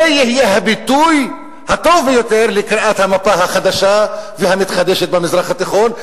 זה יהיה הביטוי הטוב ביותר לקריאת המפה החדשה והמתחדשת במזרח התיכון,